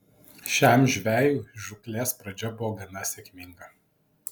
šiam žvejui žūklės pradžia buvo gana sėkminga